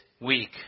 week